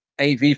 AV